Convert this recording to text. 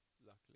luckily